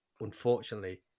unfortunately